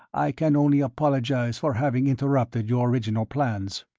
i can only apologize for having interrupted your original plans.